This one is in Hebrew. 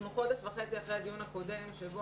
אנחנו חודש וחצי אחרי הדיון הקודם שבו